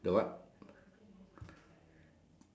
I I I tell you right you go to the taxi ah